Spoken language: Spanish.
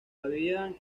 habían